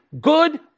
Good